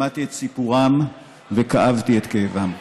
שמעתי את סיפורם וכאבתי את כאבם.